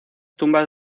tumbas